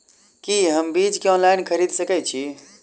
की हम बीज केँ ऑनलाइन खरीदै सकैत छी?